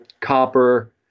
copper